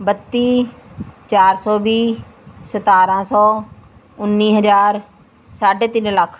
ਬੱਤੀ ਚਾਰ ਸੌ ਵੀਹ ਸਤਾਰਾਂ ਸੌ ਉੱਨੀ ਹਜ਼ਾਰ ਸਾਢੇ ਤਿੰਨ ਲੱਖ